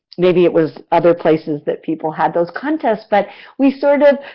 maybe it was other places that people had those contests but we sort of